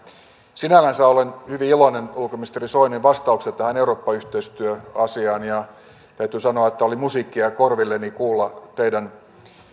sinällänsä olen hyvin iloinen ulkoministeri soinin vastauksesta tähän eurooppa yhteistyöasiaan täytyy sanoa että oli musiikkia korvilleni kuulla teidän